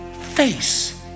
face